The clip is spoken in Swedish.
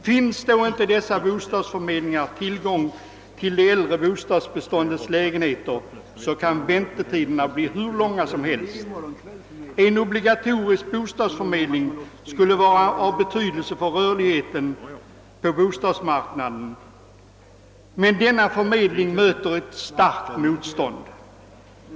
Finns det då inte på dessa bostadsförmedlingar tillgång till det äldre bostadsbeståndets lägenheter, kan väntetiderna bli hur långa som helst. En obligatorisk bostadsförmedling skulle vara av betydelse för rörligheten på bostadsmarknaden, men denna förmedling möter ett starkt motstånd.